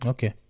Okay